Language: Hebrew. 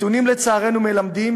לצערנו, הנתונים מלמדים